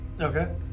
okay